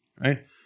right